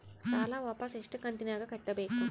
ಸಾಲ ವಾಪಸ್ ಎಷ್ಟು ಕಂತಿನ್ಯಾಗ ಕಟ್ಟಬೇಕು?